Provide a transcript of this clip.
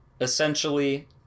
essentially